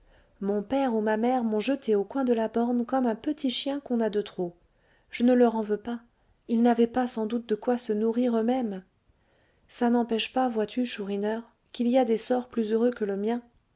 mon père ou ma mère m'ont jetée au coin de la borne comme un petit chien qu'on a de trop je ne leur en veux pas ils n'avaient pas sans doute de quoi se nourrir eux-mêmes ça n'empêche pas vois-tu chourineur qu'il y a des sorts plus heureux que le mien